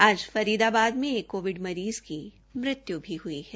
आज फरीदाबाद मे एक कोविड मरीज़ की मृत्यु भी हुई है